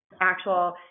actual